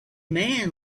man